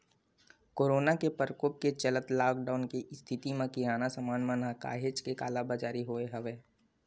corona के परकोप के चलत लॉकडाउन के इस्थिति म किराना समान मन म काहेच के कालाबजारी होय हवय